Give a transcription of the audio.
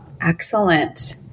Excellent